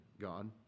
God